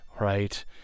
right